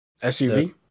SUV